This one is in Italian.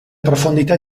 profondità